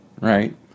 right